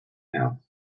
now